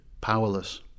powerless